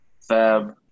fab